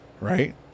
right